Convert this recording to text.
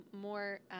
more